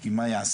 כי מה יעשה?